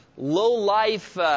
low-life